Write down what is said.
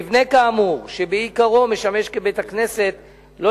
מבנה כאמור שבעיקרו משמש בית-הכנסת לא